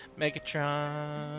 Megatron